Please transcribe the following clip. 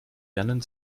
lernen